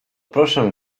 proszę